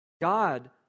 God